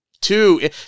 Two